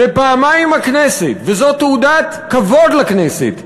ופעמיים הכנסת, וזאת תעודת כבוד לכנסת,